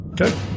Okay